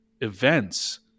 events